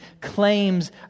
claims